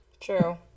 True